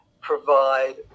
provide